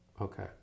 okay